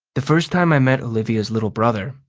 the first time i meet olivia's little brother,